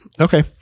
Okay